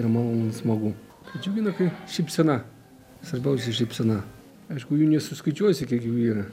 ir malonu smagu džiugina kai šypsena svarbiausia šypsena aišku jų nesuskaičiuosi kiek jų yra